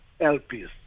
LPs